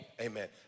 Amen